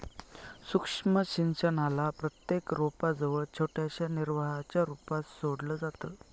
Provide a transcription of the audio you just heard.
सूक्ष्म सिंचनाला प्रत्येक रोपा जवळ छोट्याशा निर्वाहाच्या रूपात सोडलं जातं